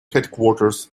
headquarters